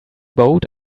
boat